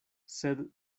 sed